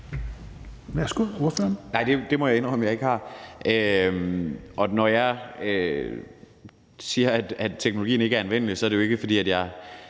Kasper Sand Kjær (S): Det må jeg indrømme at jeg ikke har. Når jeg siger, at teknologien ikke er anvendelig, er det jo ikke, fordi jeg